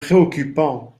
préoccupant